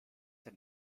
ein